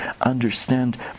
understand